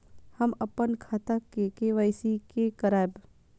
हम अपन खाता के के.वाई.सी के करायब?